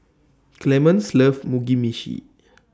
Clemens loves Mugi Meshi